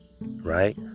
right